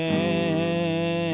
and